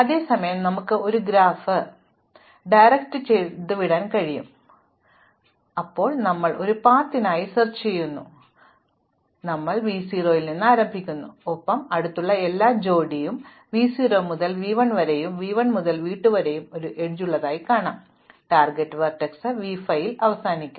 അതേ സമയം നമുക്ക് ഒരേ ഗ്രാഫ് വഴിതിരിച്ചുവിടാൻ കഴിയും വീണ്ടും ഞങ്ങൾ ഒരു പാതയ്ക്കായി തിരയുന്നു അവിടെ നമ്മൾ v 0 ൽ ആരംഭിക്കുന്നു ഒപ്പം അടുത്തുള്ള എല്ലാ ജോഡി v 0 മുതൽ v 1 വരെയും v 1 മുതൽ v 2 വരെ ഒരു എഡ്ജ് ആണ് ടാർഗെറ്റ് വെർടെക്സ് v 5 ൽ ഞങ്ങൾ അവസാനിക്കും